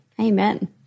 Amen